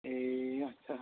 ए अच्छा